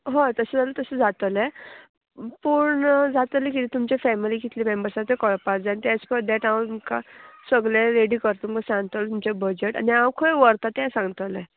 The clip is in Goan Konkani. हय तशें जाल्या तशें जातलें पूण जातलें कितें तुमचे फॅमिली कितले मेम्बर्स आसा ते कळपाक जाय ते एज पर दॅट हांव तुमकां सगले रेडी कर तुमकां सांगतोलो तुमचें बजट आनी हांव खंय व्हरता तें सांगतलें